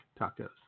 tacos